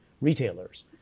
retailers